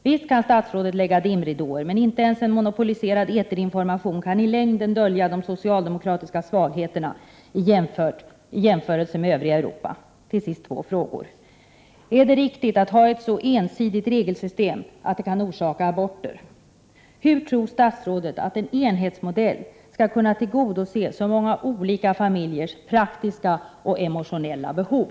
Visst kan statsrådet lägga ut dimridåer, men inte ens monopoliserad eterinformation kan i längden dölja de socialdemokratiska svagheterna i Sverige i jämförelse med övriga Europa. Till sist har jag två frågor. Är det riktigt att ha ett så ensidigt regelsystem att det kan orsaka aborter? Hur tror statsrådet att en enhetsmodell skall kunna tillgodose så många olika familjers praktiska och emotionella behov?